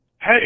Hey